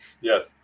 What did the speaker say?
Yes